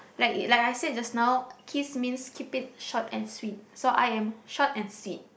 like like is said just now chris means keep it short and sweet so I am short and sweet